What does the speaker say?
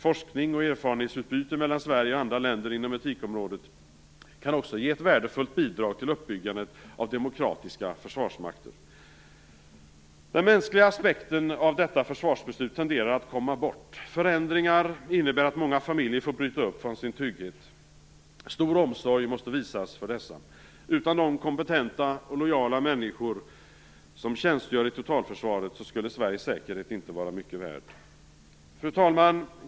Forskning och erfarenhetsutbyte mellan Sverige och andra länder inom etikområdet kan också ge ett värdefullt bidrag till uppbyggandet av demokratiska försvarsmakter. Den mänskliga aspekten tenderar att komma bort i detta försvarsbeslut. Förändringar innebär att många familjer får bryta upp från sin trygghet. Stor omsorg måste visas för dessa. Utan de kompetenta och lojala människor som tjänstgör i totalförsvaret skulle Sveriges säkerhet inte vara mycket värd. Fru talman!